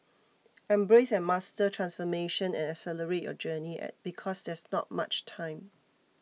embrace and master transformation and accelerate your journey because there's not much time